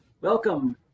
welcome